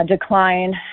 decline